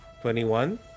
twenty-one